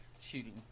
shooting